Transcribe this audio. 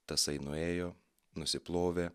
tasai nuėjo nusiplovė